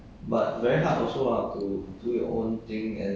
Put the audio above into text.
do your own way lor